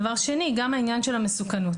דבר שני, גם העניין של המסוכנות.